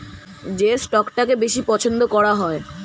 যে স্টকটাকে বেশি পছন্দ করা হয়